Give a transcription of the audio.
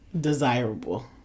desirable